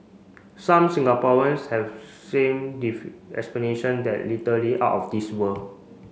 some Singaporeans have same explanation that literally out of this world